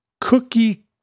Cookie